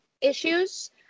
issues